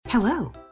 Hello